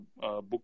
book